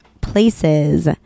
places